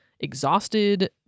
exhausted